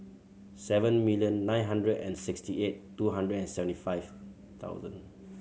seven million nine hundred and sixty eight two hundred and seventy five thousand